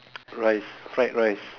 rice fried rice